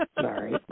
Sorry